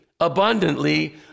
abundantly